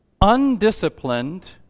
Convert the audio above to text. undisciplined